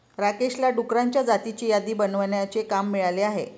राकेशला डुकरांच्या जातींची यादी बनवण्याचे काम मिळाले आहे